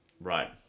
Right